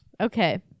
Okay